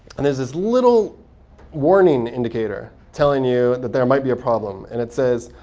and there's this little warning indicator telling you that there might be a problem. and it says,